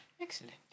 Excellent